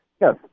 yes